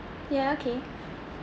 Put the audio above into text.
yeah okay